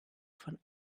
von